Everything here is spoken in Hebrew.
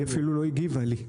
היא אפילו לא הגיבה לי.